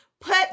Put